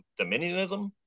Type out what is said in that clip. dominionism